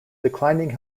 declining